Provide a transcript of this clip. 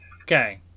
Okay